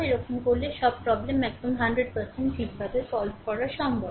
এরকম করলে সব প্রব্লেম একদম 100 ঠিক ভাবে সল্ভ করা সম্ভব